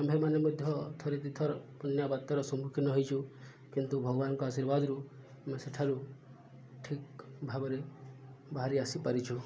ଆମ୍ଭେମାନେ ମଧ୍ୟ ଥରେ ଦୁଇ ଥର ବନ୍ୟା ବାତ୍ୟାର ସମ୍ମୁଖୀନ ହେଇଛୁ କିନ୍ତୁ ଭଗବାନଙ୍କ ଆଶୀର୍ବାଦରୁ ଆମେ ସେଠାରୁ ଠିକ ଭାବରେ ବାହାରି ଆସିପାରିଛୁ